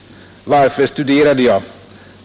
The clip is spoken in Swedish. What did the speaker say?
Varför studerade jag?